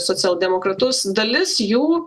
socialdemokratus dalis jų